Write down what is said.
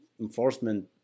enforcement